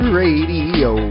radio